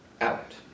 out